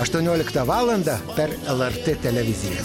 aštuonioliktą valandą per lrt televiziją